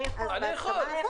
אני יכול.